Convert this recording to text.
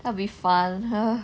would be fun !huh!